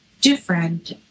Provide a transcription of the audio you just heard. different